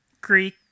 Greek